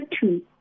two